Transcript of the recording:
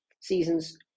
seasons